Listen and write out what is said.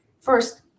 first